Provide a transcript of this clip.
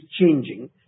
changing